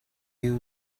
you